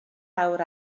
awr